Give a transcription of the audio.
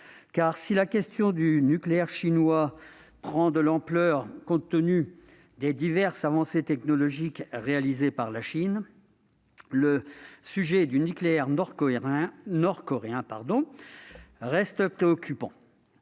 si la question du nucléaire chinois prend de l'ampleur, compte tenu des diverses avancées technologiques de la Chine, celle du nucléaire nord-coréen reste préoccupante.